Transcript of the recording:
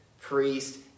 priest